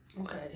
Okay